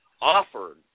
offered